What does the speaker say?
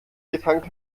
getankt